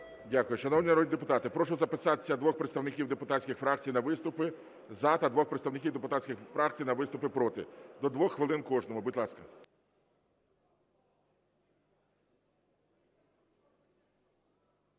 Дякую. Шановні народні депутати, прошу записатися двох представників депутатських фракцій на виступи "за" та двох представників депутатських фракцій на виступи "проти", до двох хвилин кожному. Будь ласка.